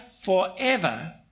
forever